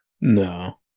No